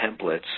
templates